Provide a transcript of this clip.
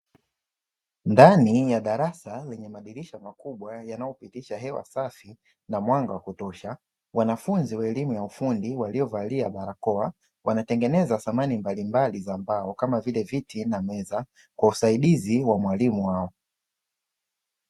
Ndani ya darasa lenye madirisha makubwa yanayopitisha hewa safi na mwanga wa kutosha, wanafunzi wa elimu ya ufundi waliovalia barakoa wanatengeneza samani mbalimbali za mbao kama vile viti na meza; kwa usaidizi wa mwalimu wao.